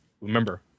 Remember